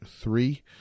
three